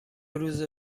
روزه